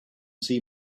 see